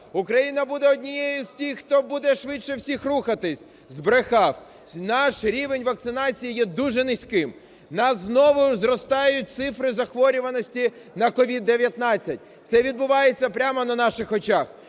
Україна буде однією з тих, хто буде швидше всіх рухатись. Збрехав. Наш рівень вакцинації є дуже низьким. У нас знову зростають цифри захворюваності на COVID-19. Це відбувається прямо на наших очах.